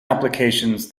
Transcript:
applications